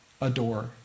adore